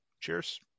Cheers